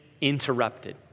interrupted